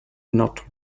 not